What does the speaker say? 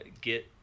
get